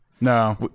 No